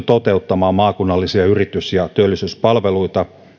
toteuttamaan maakunnallisia yritys ja työllisyyspalveluita